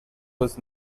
was